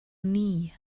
nie